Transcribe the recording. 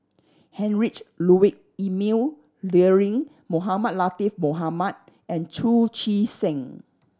Heinrich Ludwig Emil Luering Mohamed Latiff Mohamed and Chu Chee Seng